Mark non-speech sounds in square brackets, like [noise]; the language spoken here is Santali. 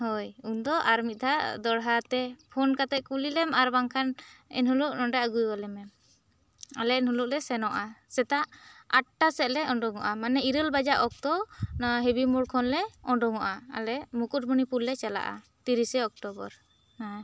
ᱦᱳᱭ ᱤᱧ ᱫᱚ ᱟᱨ ᱢᱤᱫ ᱫᱷᱟᱣᱟᱜ ᱫᱚᱲᱦᱟ ᱛᱮ ᱯᱷᱳᱱ ᱠᱟᱛᱮ ᱠᱩᱞᱤ ᱞᱮᱢ ᱟᱨ ᱵᱟᱝ ᱠᱷᱟᱱ ᱮᱱ ᱦᱮᱞᱚᱜ ᱱᱚᱸᱰᱮ ᱟᱹᱜᱩᱣᱟᱞᱮ ᱢᱮ ᱟᱞᱮ ᱩᱱ ᱦᱤᱞᱚᱜ ᱞᱮ ᱥᱮᱱᱚᱜᱼᱟ ᱥᱮᱛᱟᱜ ᱟᱴ ᱴᱟ ᱥᱮᱜ ᱞᱮ ᱩᱰᱩᱜᱚᱜᱼᱟ ᱢᱟᱱᱮ ᱤᱨᱟᱹᱞ ᱵᱟᱡᱟᱜ ᱚᱠᱛᱚ ᱱᱚᱣᱟ ᱦᱮᱵᱤ ᱢᱚᱲ ᱠᱷᱚᱱ ᱞᱮ ᱚᱰᱚᱝᱚᱜᱼᱟ ᱟᱞᱮ ᱢᱩᱠᱩᱴᱢᱩᱱᱤᱯᱩᱨ ᱞᱮ ᱪᱟᱞᱟᱜᱼᱟ ᱛᱤᱨᱤᱥᱮ ᱚᱠᱴᱚᱵᱚᱨ [unintelligible]